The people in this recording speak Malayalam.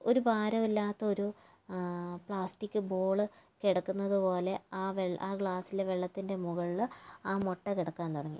ഒരു ഭാരവില്ലാത്ത ഒരു പ്ലാസ്റ്റിക് ബോൾ കിടക്കുന്നതുപോലെ ആ വെള്ള ആ ഗ്ലാസ്സിലെ വെള്ളത്തിൻ്റെ മുകളിൽ ആ മുട്ട കിടക്കാൻ തുടങ്ങി